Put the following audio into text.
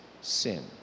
sin